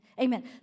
Amen